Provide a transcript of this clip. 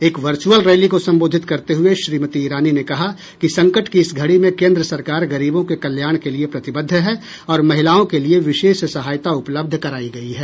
एक virtual rally को संबोधित करते हये श्रीमती इरानी ने कहा कि संकट की इस घड़ी में केंद्र सरकार गरीबों के कल्याण के लिए प्रतिबद्ध है और महिलाओं के लिये विशेष सहायता उपलब्ध करायी गयी है